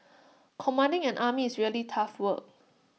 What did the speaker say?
commanding an army is really tough work